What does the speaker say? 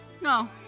No